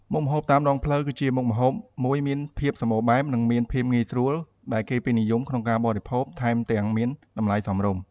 មុខម្ហូបតាមដងផ្លូវ គឺជាមុខម្ហូបមួយមានភាពសម្បូរបែប និងមានភាពងាយស្រួល ដែលគេពេញនិយមក្នុងការបរិភោគ ថែមទាំងមានតម្លៃសមរម្យ។